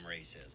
racism